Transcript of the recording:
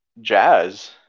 jazz